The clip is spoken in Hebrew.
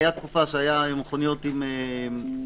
הייתה תקופה שהיו מכוניות עם כריזות.